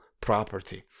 property